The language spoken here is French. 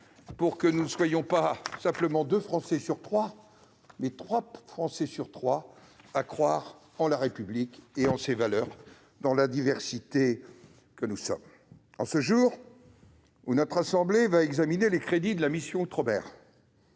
afin que nous soyons, non pas « deux Français sur trois » mais trois Français sur trois à croire en la République et en ses valeurs, dans la diversité que nous formons. En ce jour où la Haute Assemblée va examiner les crédits de la mission « Outre-mer »,